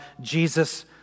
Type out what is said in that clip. Jesus